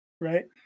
Right